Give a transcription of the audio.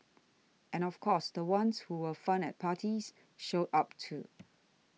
and of course the ones who were fun at parties showed up too